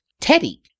Teddy